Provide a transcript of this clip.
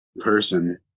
person